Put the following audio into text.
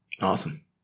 Awesome